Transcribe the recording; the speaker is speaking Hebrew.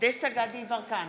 דסטה גדי יברקן,